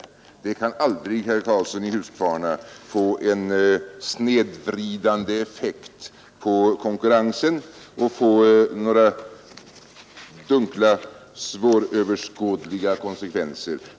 Det senare kan aldrig, herr Karlsson i Huskvarna, få en snedvridande effekt på konkurrensen; det får inte några dunkla, svåröverskådliga konsekvenser.